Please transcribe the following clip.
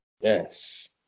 yes